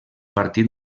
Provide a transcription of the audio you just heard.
partit